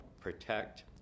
protect